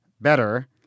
better